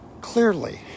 clearly